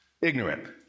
Ignorant